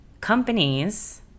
companies